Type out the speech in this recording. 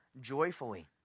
joyfully